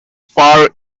far